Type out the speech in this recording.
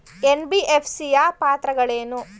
NBFC ಯ ಪಾತ್ರಗಳೇನು?